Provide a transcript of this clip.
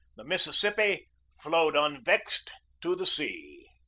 the mississippi flowed unvexed to the sea.